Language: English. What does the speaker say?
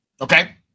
Okay